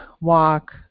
walk